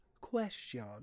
question